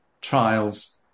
trials